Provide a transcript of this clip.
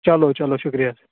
چلو چلو شُکریہ